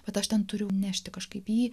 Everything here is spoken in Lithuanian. bet aš ten turiu nešti kažkaip jį